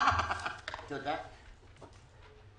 תודה רבה.